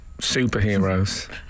superheroes